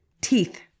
teeth